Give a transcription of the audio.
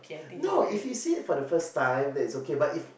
no if you see it for the first time then it's okay but if